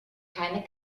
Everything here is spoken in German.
keine